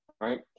right